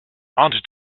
aunt